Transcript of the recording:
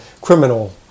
criminal